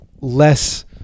less